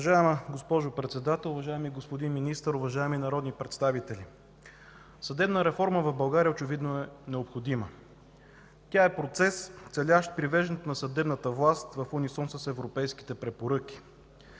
Уважаема госпожо Председател, уважаеми господин Министър, уважаеми народни представители! Съдебна реформа в България очевидно е необходима. Тя е процес, целящ привеждането на съдебната власт в унисон с европейските препоръки.